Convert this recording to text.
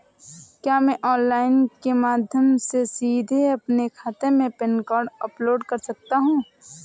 क्या मैं ऑनलाइन के माध्यम से सीधे अपने खाते में पैन कार्ड अपलोड कर सकता हूँ?